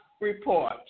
report